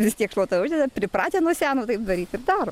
vis tiek šluotą uždeda pripratę nuo seno taip daryt ir daro